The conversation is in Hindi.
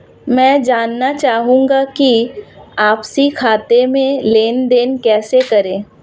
मैं जानना चाहूँगा कि आपसी खाते में लेनदेन कैसे करें?